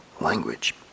language